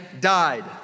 died